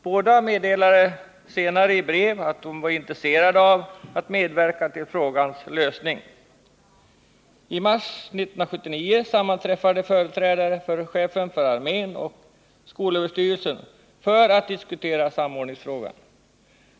Båda meddelade senare i brev att de var intresserade av att medverka till frågans lösning. I mars 1979 sammanträffade företrädare för chefen för armén och skolöverstyrelsen för att diskutera samordningsfrågan.